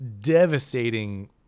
devastating